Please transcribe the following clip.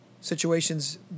situations